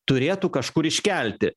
turėtų kažkur iškelti